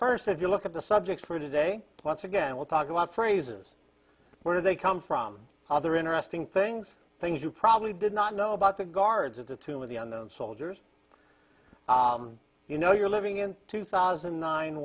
first if you look at the subject for today once again we'll talk about phrases where they come from other interesting things things you probably did not know about the guards at the tomb of the on those soldiers you know you're living in two thousand